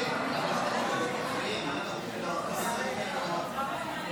למידה לילדים ממשפחות מעוטות יכולת,